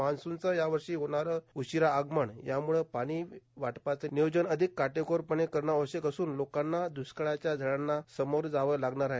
मान्सूनच यावर्षी होणारं उशिरा आगमन यामुळं पाणी वाटपाचं नियोजन अधिक काटेकोरपणे करणं आवश्यक असून लोकांना द्ष्काळाच्या झळांना सामोरं जावं लागणार आहे